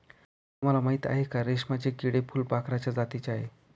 तुम्हाला माहिती आहे का? रेशमाचे किडे फुलपाखराच्या जातीचे आहेत